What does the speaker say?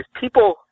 people